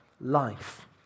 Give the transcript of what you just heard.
life